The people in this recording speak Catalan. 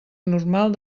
normal